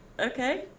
Okay